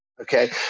okay